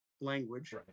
language